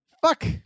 fuck